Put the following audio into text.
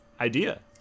Idea